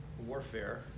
warfare